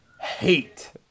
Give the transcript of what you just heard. hate